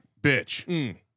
bitch